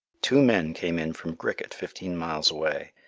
two men came in from griquet, fifteen miles away.